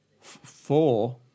Four